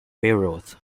bayreuth